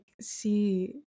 see